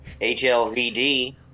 HLVD